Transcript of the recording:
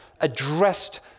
addressed